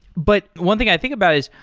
but one thing i think about is,